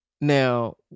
Now